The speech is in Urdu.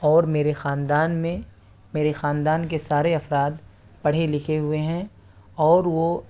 اور میرے خاندان میں میرے خاندان کے سارے افراد پڑھے لکھے ہوئے ہیں اور وہ